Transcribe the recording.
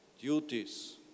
duties